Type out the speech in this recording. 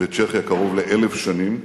בצ'כיה קרוב ל-1,000 שנים.